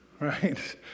Right